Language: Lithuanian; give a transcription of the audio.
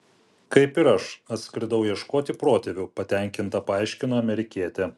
kaip ir aš atskridau ieškoti protėvių patenkinta paaiškino amerikietė